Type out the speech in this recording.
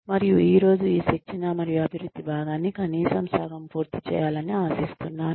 మరియు ఈ రోజు ఈ శిక్షణ మరియు అభివృద్ధి భాగాన్ని కనీసం సగం పూర్తి చేయాలని ఆశిస్తున్నాను